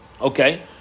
Okay